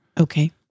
Okay